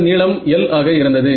இந்த நீளம் L ஆக இருந்தது